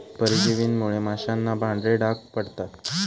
परजीवींमुळे माशांना पांढरे डाग पडतात